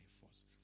force